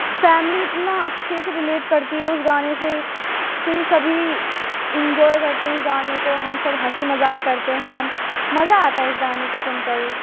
family اتنا اچھے سے رلیٹ کرتی ہے اس گانے سے پھر سبھی انجوائے کرتے ہیں اس گانے کو ہم سب ہنسی مذاق کرتے ہیں مزہ آتا ہے اس گانے کو سن کر